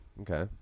Okay